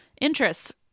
Interests